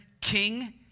king